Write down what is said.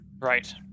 right